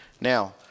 now